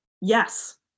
yes